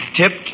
tipped